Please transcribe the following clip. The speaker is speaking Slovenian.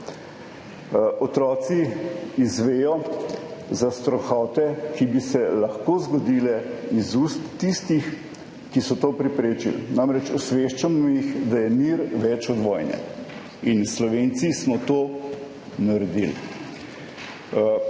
otroci izvedo za strahote, ki bi se lahko zgodile, iz ust tistih, ki so to preprečili. Namreč, osveščamo jih, da je mir več od vojne. In Slovenci smo to naredili.